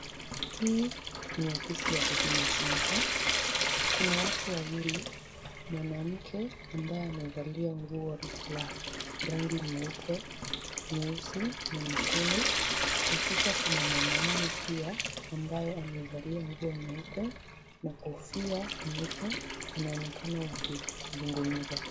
Hii ni ofisi ya Huduma Center. Kuna watu wawili, mwanamke ambaye amevalia nguo la rangi nyeupe, nyeusi na nyekundu na kisha kuna mwanaume pia, ambaye amevalia nguo nyeupe na kofia nyeupe. Wanaonekana wakizungumza.